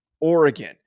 Oregon